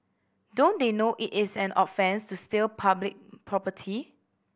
don't they know it is an offence to steal public property